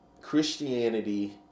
Christianity